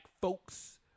folks